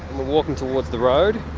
we're walking towards the road.